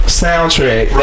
soundtrack